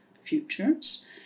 futures